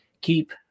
keep